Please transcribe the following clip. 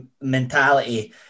Mentality